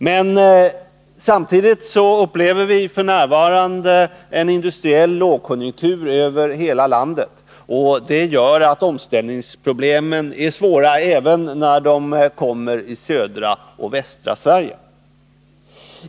Men samtidigt upplever vi f. n. en industriell lågkonjunktur över hela landet, och det gör att omställningsproblemen är svåra även när de uppstår i södra och västra Sverige.